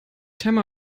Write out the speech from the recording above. timer